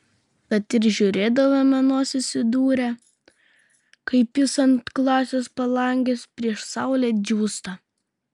tad ir žiūrėdavome nosis įdūrę kaip jis ant klasės palangės prieš saulę džiūsta